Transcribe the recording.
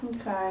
Okay